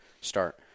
start